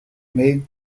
made